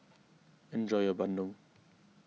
enjoy your Bandung